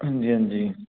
ਹਾਂਜੀ ਹਾਂਜੀ